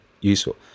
useful